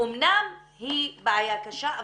אמנם היא בעיה קשה,